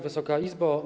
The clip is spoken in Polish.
Wysoka Izbo!